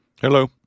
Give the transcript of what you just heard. hello